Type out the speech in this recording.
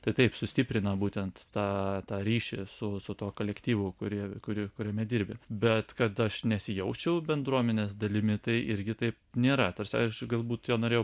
tai taip sustiprina būtent tą tą ryšį su su tuo kolektyvu kuri kuri kuriame dirbi bet kad aš nesijaučiau bendruomenės dalimi tai irgi taip nėra tarsi aš galbūt jo norėjau